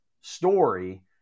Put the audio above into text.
story